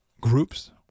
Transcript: groups